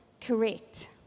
correct